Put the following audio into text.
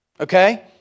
Okay